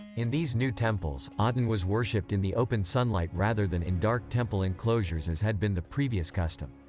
in these new temples, aten was worshipped in the open sunlight rather than in dark temple enclosures as had been the previous custom.